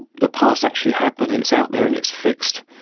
the past actually happened, and it's out there and it's fixed.